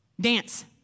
Dance